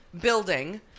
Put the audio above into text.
building